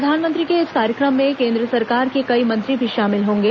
प्रधानमंत्री के इस कार्यक्रम में केन्द्र सरकार के कई मंत्री भी शामिल होंगे